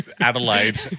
Adelaide